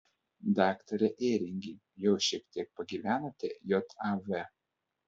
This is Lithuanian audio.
daktare ėringi jau šiek tiek pagyvenote jav